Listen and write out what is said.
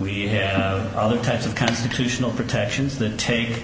we have other types of constitutional protections that ta